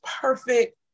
perfect